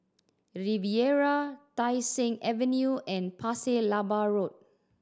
Riviera Tai Seng Avenue and Pasir Laba Road